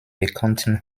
bekannten